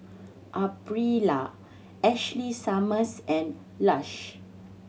Aprilia Ashley Summers and Lush